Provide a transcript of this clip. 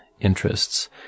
interests